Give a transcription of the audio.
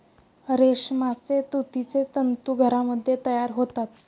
रेशमाचे तुतीचे तंतू घरामध्ये तयार होतात